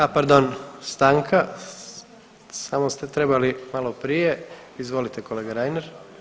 A pardon, stanka, samo ste trebali malo prije, izvolite kolega Reiner.